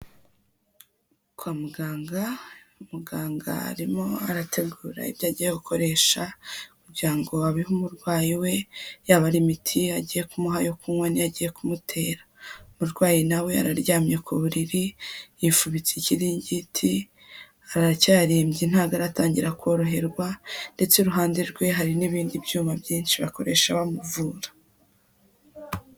Kwa muganga, muganga arimo arategura ibyo agiye gukoresha kugira ngo abihe umurwayi we, yaba ari imiti agiye kumuha yo kunywa n'iyo agiye kumutera. Umurwayi nawe araryamye ku buriri, yifubitse ikiringiti, aracyarembye ntago aratangira koroherwa ndetse iruhande rwe hari n'ibindi byuma byinshi bakoresha bamuvura.